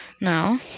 Now